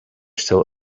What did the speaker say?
still